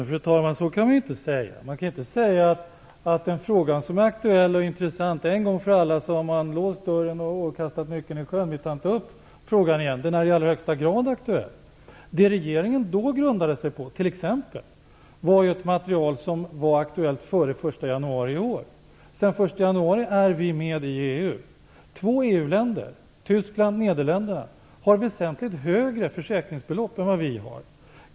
Fru talman! Så kan man inte göra. Man kan inte i en aktuell och intressant fråga en gång för alla låsa dörren och kasta nyckeln i sjön, så att man inte kan ta upp frågan igen. Den är också i allra högsta grad aktuell. Det som regeringen t.ex. senast grundade sitt ställningstagande på var ett material som var aktuellt före den 1 januari i år. Sedan den 1 januari är vi med i EU. Två EU-länder, Tyskland och Nederländerna, har väsentligt högre försäkringsbelopp än vad vi har.